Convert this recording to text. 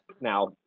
now